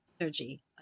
energy